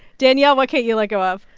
danielle, what can't you let go of?